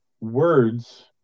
words